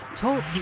Talk